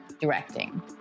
Directing